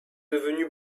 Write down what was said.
devenue